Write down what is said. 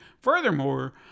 Furthermore